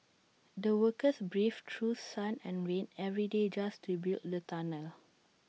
the workers braved through sun and rain every day just to build the tunnel